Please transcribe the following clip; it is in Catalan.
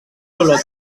dolor